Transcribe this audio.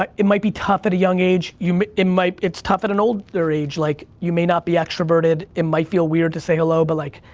ah it might be tough at a young age. you, it might, it's tough at an older age, like, you may not be extroverted, it might feel weird to say hello, but like,